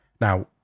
Now